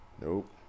Nope